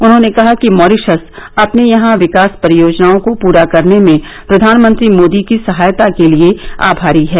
उन्होंने कहा कि मॉरीशस अपने यहां विकास परियोजनाओं को पूरा करने में प्रधानमंत्री मोदी की सहायता के लिए आभारी है